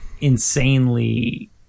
insanely